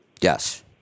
Yes